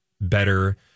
better